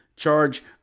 Charge